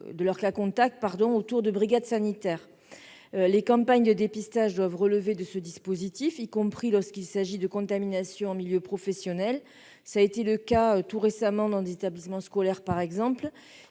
de leurs cas contacts autour de « brigades sanitaires ». Les campagnes de dépistage doivent relever de ce dispositif, y compris lorsqu'il s'agit de contamination en milieu professionnel. Cela a été le cas tout récemment, dans des établissements scolaires par exemple.